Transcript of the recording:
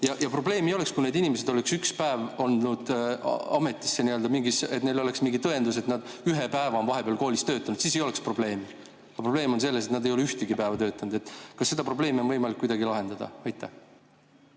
Probleemi ei oleks, kui need inimesed oleks üks päev olnud ametis, kui neil oleks mingi tõend, et nad ühe päeva on vahepeal koolis töötanud, siis ei oleks probleemi. Probleem on selles, et nad ei ole ühtegi päeva töötanud. Kas seda probleemi on võimalik kuidagi lahendada? Aitäh,